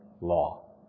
law